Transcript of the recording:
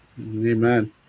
Amen